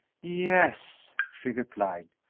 yes, she replied,